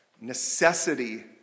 necessity